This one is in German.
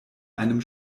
einem